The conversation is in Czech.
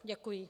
Děkuji.